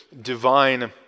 divine